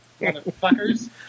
motherfuckers